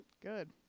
good